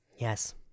Yes